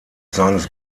seines